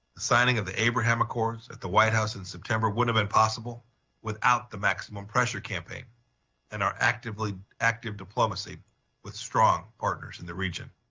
signing of the abraham accords at the white house in september wouldn't have been possible without the maximum pressure campaign and our active like active diplomacy with strong partners in the region.